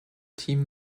team